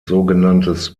sogenanntes